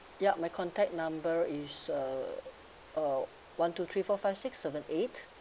yup my contact number is uh uh one two three four five six seven eight